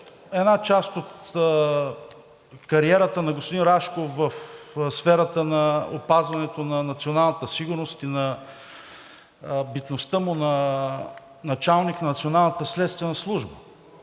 една част от кариерата на господин Рашков в сферата на опазването на националната сигурност и на битността му на началник на Националната следствена служба.